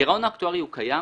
הגירעון האקטוארי קיים,